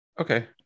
Okay